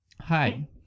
hi